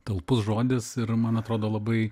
talpus žodis ir man atrodo labai